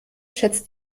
schätzt